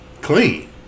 Clean